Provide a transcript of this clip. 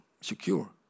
secure